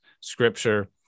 scripture